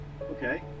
Okay